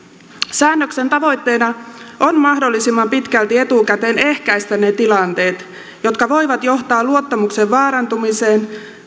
säännöksen tavoitteena on mahdollisimman pitkälti etukäteen ehkäistä ne tilanteet jotka voivat johtaa luottamuksen vaarantumiseen